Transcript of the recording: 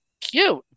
cute